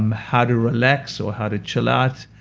um how to relax, or how to chill out,